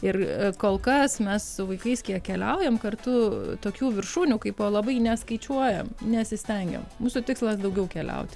ir kol kas mes su vaikais kiek keliaujam kartu tokių viršūnių kaipo labai neskaičiuojam nesistengiam mūsų tikslas daugiau keliauti